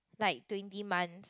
like twenty months